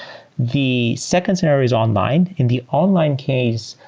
the second scenario is online. in the online case,